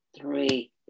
three